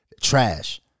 trash